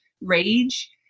rage